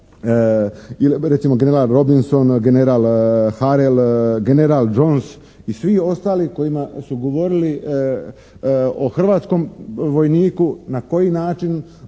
ili recimo general Robinson, general Harel, general Jones i svi ostali kojima su govorili o hrvatskom vojniku na koji način